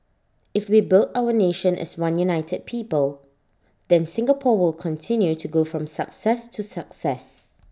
if we build our nation as one united people then Singapore will continue to go from success to success